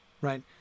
right